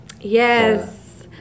yes